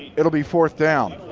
it will be forth down.